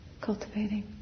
cultivating